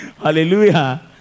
Hallelujah